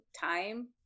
time